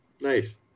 Nice